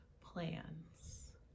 plans